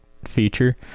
feature